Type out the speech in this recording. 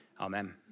Amen